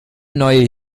neue